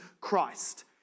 Christ